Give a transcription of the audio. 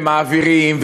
ומעבירים,